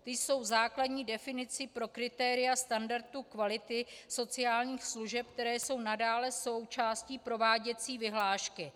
Ty jsou základní definicí pro kritéria standardu kvality sociálních služeb, které jsou nadále součástí prováděcí vyhlášky.